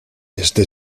este